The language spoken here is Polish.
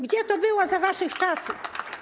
Gdzie to było za waszych czasów?